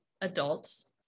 adults